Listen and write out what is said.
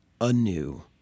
anew